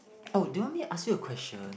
oh do you want me to ask you a question